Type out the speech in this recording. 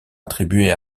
attribuée